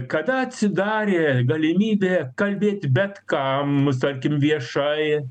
kada atsidarė galimybė kalbėti bet kam tarkim viešai